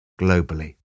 globally